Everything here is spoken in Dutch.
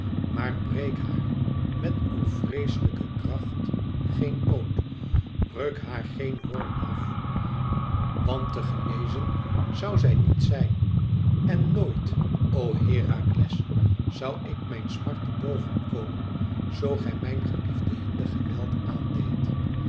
maar breek haar met uw vreeslijke kracht geen poot ruk haar geen hoorn af want te genezen zoû zij niet zijn en nooit o herakles zoû ik mijn smart te boven komen zoo gij mijn geliefde hinde geweld aan deedt